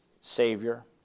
Savior